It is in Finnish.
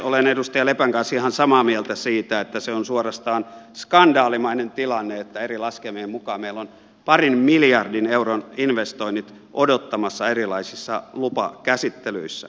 olen edustaja lepän kanssa ihan samaa mieltä siitä että se on suorastaan skandaalimainen tilanne että eri laskelmien mukaan meillä on parin miljardin euron investoinnit odottamassa erilaisissa lupakäsittelyissä